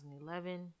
2011